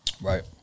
Right